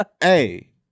Hey